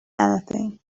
anything